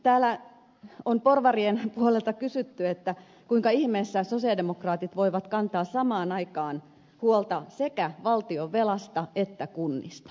täällä on porvarien puolelta kysytty kuinka ihmeessä sosialidemokraatit voivat kantaa samaan aikaan huolta sekä valtionvelasta että kunnista